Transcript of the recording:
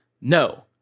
no